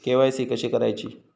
KYC कशी करायची?